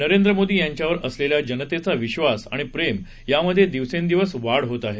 नरेंद्र मोदी यांच्यावर असलेला जनतेचा विधास आणि प्रेम यामध्ये दिवसंदिवस वाढ होतं आहे